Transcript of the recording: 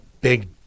big